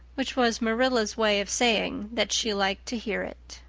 which was marilla's way of saying that she liked to hear it.